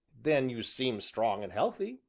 then, you seem strong and healthy.